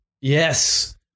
yes